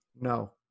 No